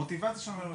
המוטיבציה שלנו היא